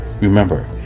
Remember